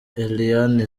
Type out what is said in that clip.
eliane